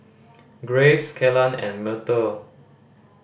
Graves Kellan and Myrtle